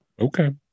Okay